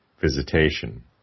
visitation